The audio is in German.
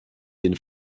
den